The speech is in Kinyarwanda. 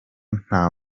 nta